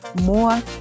more